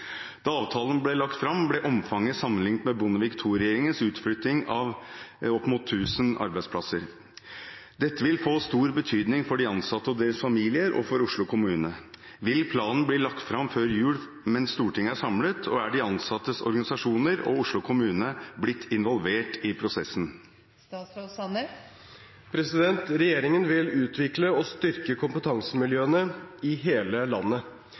Da avtalen ble lagt fram ble omfanget sammenlignet med Bondevik II-regjeringens utflytting av ca. 1 000 arbeidsplasser. Dette vil få stor betydning for de ansatte og deres familier og for Oslo kommune. Vil planen bli lagt fram før jul mens Stortinget er samlet, og er de ansattes organisasjoner og Oslo kommune blitt involvert i prosessen?» Regjeringen vil utvikle og styrke kompetansemiljøene i hele landet.